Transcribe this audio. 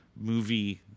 movie